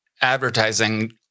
advertising